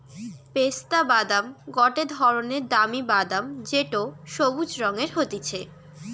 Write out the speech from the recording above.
পেস্তা বাদাম গটে ধরণের দামি বাদাম যেটো সবুজ রঙের হতিছে